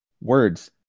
Words